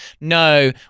no